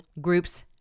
groups